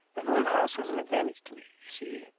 an old house was an advantage to me, you see.